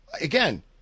again